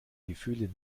gefühle